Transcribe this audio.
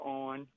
on